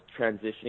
transitioning